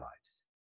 lives